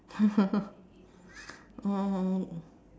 oh